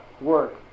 work